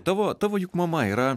tavo tavo juk mama yra